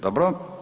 Dobro.